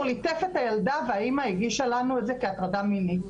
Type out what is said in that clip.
ליטף את הילדה והאמא הגישה לנו את זה כהטרדה מינית.